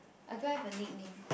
I don't have a nickname